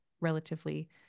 relatively